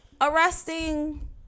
Arresting